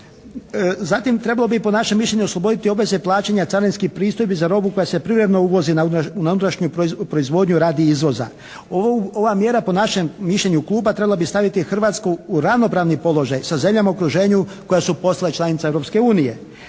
Zatim trebalo bi po našem mišljenju osloboditi carinski pristojbu za robu koja se privremeno uvozi na ondašnju proizvodnju radi izvoza. Ova mjera po našem mišljenju kluba trebala bi staviti Hrvatsku u ravnopravni položaj sa zemljama u okruženju koje su postale članice